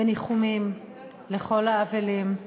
וניחומים לכל האבלים.